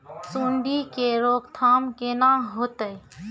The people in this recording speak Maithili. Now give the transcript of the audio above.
सुंडी के रोकथाम केना होतै?